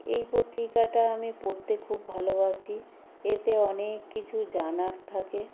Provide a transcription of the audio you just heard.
এই পত্রিকাটা আমি পড়তে খুব ভালোবাসি এতে অনেক কিছু জানার থাকে